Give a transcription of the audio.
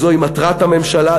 זוהי מטרת הממשלה.